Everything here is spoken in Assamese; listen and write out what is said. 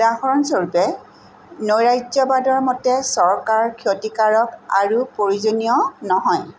উদাহৰণস্বৰূপে নৈৰাজ্যবাদৰ মতে চৰকাৰ ক্ষতিকাৰক আৰু প্ৰয়োজনীয় নহয়